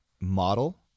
model